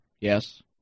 Yes